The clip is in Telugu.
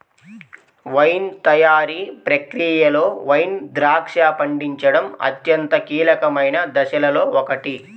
వైన్ తయారీ ప్రక్రియలో వైన్ ద్రాక్ష పండించడం అత్యంత కీలకమైన దశలలో ఒకటి